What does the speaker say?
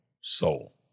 soul